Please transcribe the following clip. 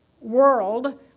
world